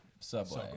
Subway